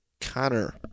Connor